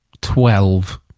Twelve